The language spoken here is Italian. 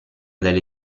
delle